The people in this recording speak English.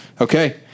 Okay